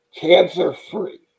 cancer-free